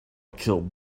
kill